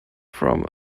from